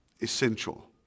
essential